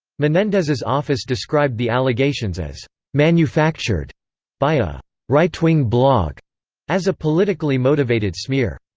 menendez's office described the allegations as manufactured by a right-wing blog as a politically motivated smear.